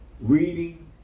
reading